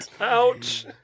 Ouch